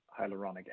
hyaluronic